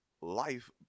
life